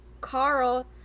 Carl